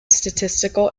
statistical